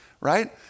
right